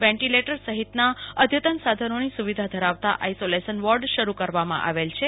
ventilator સહિતના અધતન સાધનોની સુવિધા ધરાવતા આઈસોલેશન વોર્ડ શરૂ કરવામાં આવેલ છે